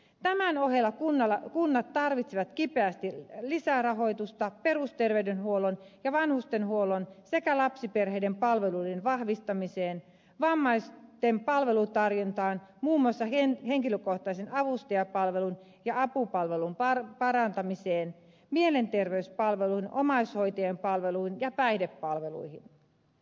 tämän ohella kunnat tarvitsevat kipeästi lisää rahoitusta perusterveydenhuollon ja vanhustenhuollon sekä lapsiperheiden palveluiden vahvistamiseen vammaisten palvelutarjontaan muun muassa henkilökohtaisen avustajapalvelun ja apupalvelun parantamiseen mielenterveyspalveluun omaishoitajapalveluun ja päihdepalveluihin